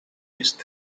these